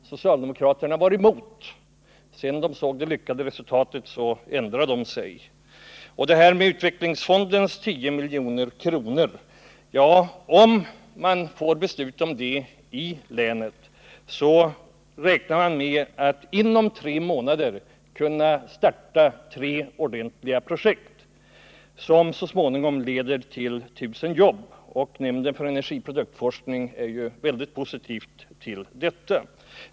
Socialdemokraterna var emot det, men sedan de såg det lyckade resultatet ändrade de sig. Så till utvecklingsfondens 10 milj.kr. Om man får beslut om det i länet, räknar man med att inom tre månader kunna starta tre ordentliga projekt, som så småningom leder till 1 000 jobb. Nämnden för energiproduktforskning ställer sig väldigt positiv till detta.